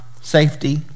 safety